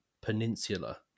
Peninsula